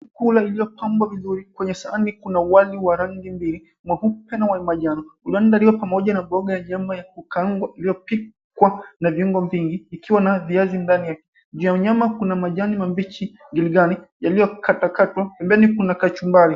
Vyakula vilivyipambwa vizuri, kwenye sahani kuna wali wa rangi mbili mweupe na manjano. Wali ulio pamoja na mboga na wali ya kukaangwa iliyopikwa na viungo vingi. Ikiwa na viazi ndani. Juu ya nyama kuna majani mabichi giligani, iliyo ndani iliyokatwakatwa. Pembeni kuna kachumbari.